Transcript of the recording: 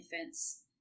infants